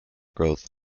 growth